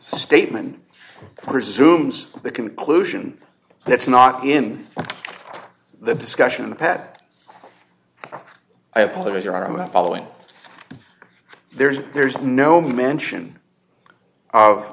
statement presumes the conclusion that's not in the discussion in the pat i apologize your are about following there's there's no mention of